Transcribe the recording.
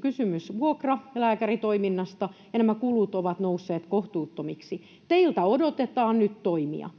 kysymys vuokralääkäritoiminnasta, ja nämä kulut ovat nousseet kohtuuttomiksi. Teiltä odotetaan nyt toimia.